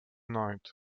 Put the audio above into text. night